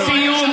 לסיום,